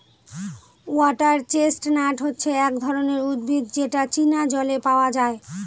water chestnut হচ্ছে এক ধরনের উদ্ভিদ যেটা চীনা জলে পাওয়া যায়